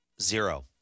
Zero